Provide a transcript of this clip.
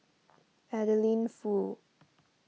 Adeline Foo